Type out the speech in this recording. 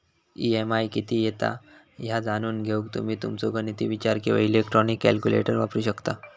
EMI किती येता ह्या जाणून घेऊक तुम्ही तुमचो गणिती विचार किंवा इलेक्ट्रॉनिक कॅल्क्युलेटर वापरू शकता